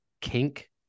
kink